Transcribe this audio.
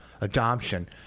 Adoption